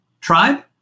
tribe